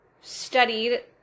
studied